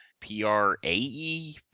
P-R-A-E